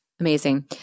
Amazing